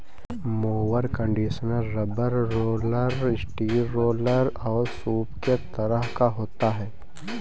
mower conditioner rubber roller, steel roller और सूप के तरह का होता है